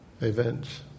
events